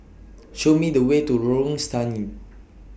Show Me The Way to Lorong Stangee